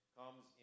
comes